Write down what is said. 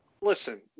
Listen